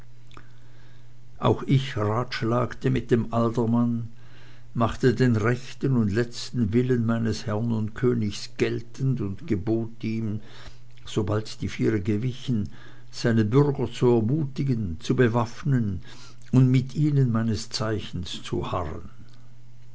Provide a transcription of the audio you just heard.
auch ich ratschlagte mit dem alderman machte den echten und letzten willen meines herrn und königs geltend und gebot ihm sobald die viere gewichen seine bürger zu ermutigen zu bewaffnen und mit ihnen meines zeichens zu harren